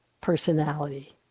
personality